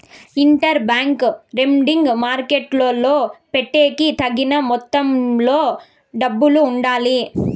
inter bank lending మార్కెట్టులో పెట్టేకి తగిన మొత్తంలో డబ్బులు ఉండాలి